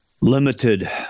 Limited